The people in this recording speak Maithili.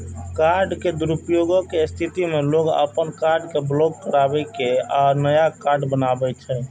कार्ड के दुरुपयोगक स्थिति मे लोग अपन कार्ड कें ब्लॉक कराबै छै आ नया कार्ड बनबावै छै